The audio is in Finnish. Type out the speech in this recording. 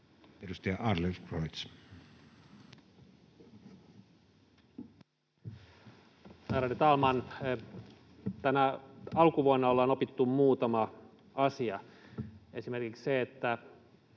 Edustaja Adlercreutz. Ärade talman! Tänä alkuvuonna on opittu muutama asia, esimerkiksi se, että